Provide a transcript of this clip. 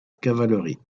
cavalerie